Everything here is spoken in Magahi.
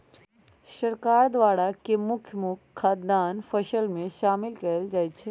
सरकार द्वारा के मुख्य मुख्य खाद्यान्न फसल में शामिल कएल जाइ छइ